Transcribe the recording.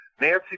Nancy